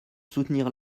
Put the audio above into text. soutenir